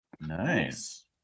Nice